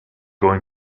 going